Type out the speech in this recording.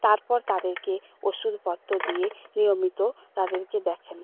তারপর তাদেরকে ওষুধপত্র দিয়ে নিয়মিত তাদেরকে দেখেন